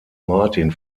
martin